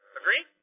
agree